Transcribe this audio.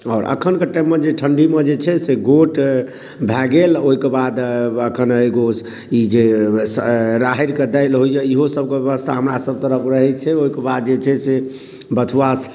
आओर अखन के टाइममे जे ठण्डी मे जे छै से गोट भऽ गेल ओहि के बाद अखन एगो ई जे सऽ राहरि के दालि होइया इहो सभके ब्यवस्था हमरा सभ तरफ रहै छै ओहि के बाद जे छै से बथुआ